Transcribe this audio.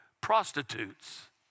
prostitutes